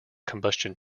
combustion